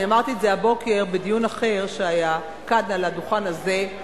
אני אמרתי את זה הבוקר בדיון אחר שהיה כאן על הדוכן הזה.